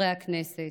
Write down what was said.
חברי הכנסת,